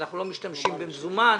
אנחנו לא משתמשים במזומן,